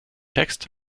text